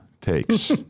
takes